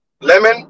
lemon